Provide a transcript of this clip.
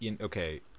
okay